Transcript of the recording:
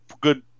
good